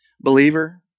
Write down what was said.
believer